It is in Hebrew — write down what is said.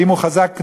ואם הוא חזק נגדנו,